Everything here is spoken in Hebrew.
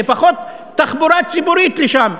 לפחות שתהיה תחבורה ציבורית לשם,